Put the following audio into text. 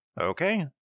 Okay